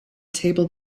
table